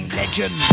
legend